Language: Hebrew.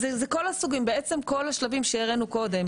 כל השלבים שהראנו קודם.